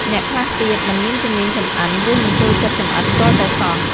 អ្នកខ្លះទៀត មិនមានជំនាញចម្អិន ឬមិនចូលចិត្តចម្អិនទាល់តែសោះ។